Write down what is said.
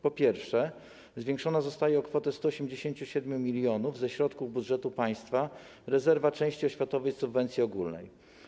Po pierwsze, zwiększona zostaje o kwotę 187 mln zł ze środków budżetu państwa rezerwa części oświatowej subwencji ogólnej.